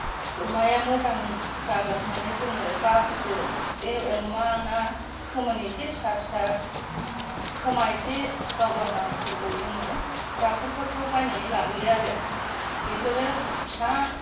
अमाया मोजां जागोन होननानै जोङो बासियो बे अमाना खोमोन एसे फिसा फिसा खोमा इसे गावरावहांफोरखौ जोङो राफोदफोरखौ जोङो बायनानै लाबोयो आरो बिसोरो फिसा